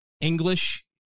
English